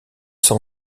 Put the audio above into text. s’en